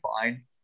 fine